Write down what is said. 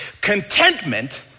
Contentment